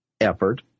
effort